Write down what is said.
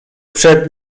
przed